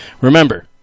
Remember